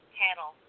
panel